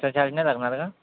extra charge नाही लागणार का